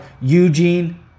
Eugene